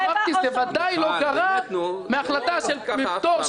זה ודאי לא גרע מהחלטה מפטור של ועדת